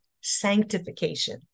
sanctification